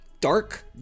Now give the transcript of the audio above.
dark